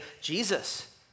Jesus